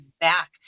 Back